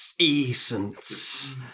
essence